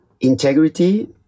integrity